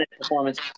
performance